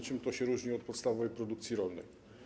Czym to się różni od podstawowej produkcji rolnej?